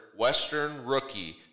WESTERNROOKIE